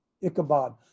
Ichabod